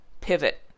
pivot